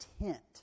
intent